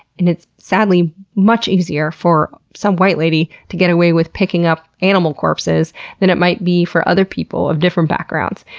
and it's, sadly, much easier for some white lady to get away with picking up animal corpses than it might be for other people of different backgrounds,